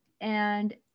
And-